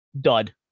dud